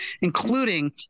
including